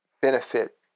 benefit